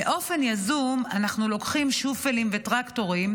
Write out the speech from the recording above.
"באופן יזום אנחנו לוקחים שופלים וטרקטורים,